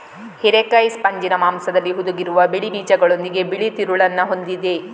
ಹಿರೇಕಾಯಿ ಸ್ಪಂಜಿನ ಮಾಂಸದಲ್ಲಿ ಹುದುಗಿರುವ ಬಿಳಿ ಬೀಜಗಳೊಂದಿಗೆ ಬಿಳಿ ತಿರುಳನ್ನ ಹೊಂದಿದೆ